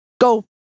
Go